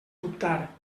dubtar